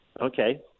okay